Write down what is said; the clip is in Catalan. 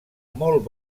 molt